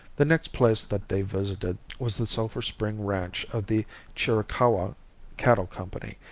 the next place that they visited was the sulphur spring ranch of the chiricahua cattle company,